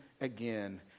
again